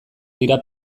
dira